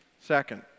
Second